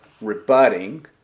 rebutting